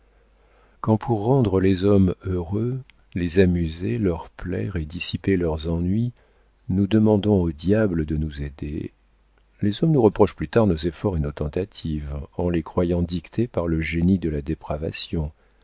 quand pour rendre les hommes heureux les amuser leur plaire et dissiper leurs ennuis nous demandons au diable de nous aider les hommes nous reprochent plus tard nos efforts et nos tentatives en les croyant dictés par le génie de la dépravation